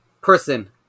person